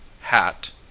hat